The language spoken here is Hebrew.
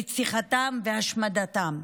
רציחתם והשמדתם,